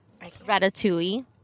Ratatouille